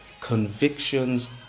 convictions